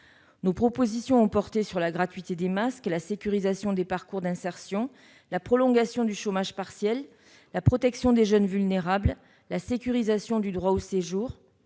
Nos propositions ont porté sur la gratuité des masques et la sécurisation des parcours d'insertion, la prolongation du chômage partiel, la protection des jeunes vulnérables, la sécurisation du droit au séjour,